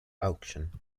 auction